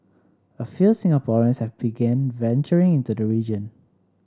a few Singaporeans have begun venturing into the region